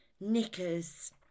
knickers